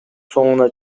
соңуна